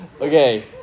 Okay